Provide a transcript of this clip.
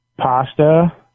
Pasta